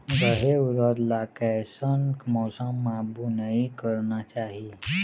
रहेर उरद ला कैसन मौसम मा बुनई करना चाही?